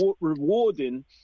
rewarding